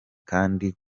kandi